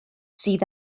sydd